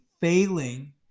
failing